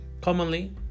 Commonly